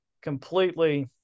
completely